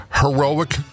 heroic